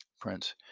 Prince